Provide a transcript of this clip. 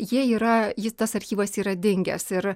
jie yra jis tas archyvas yra dingęs ir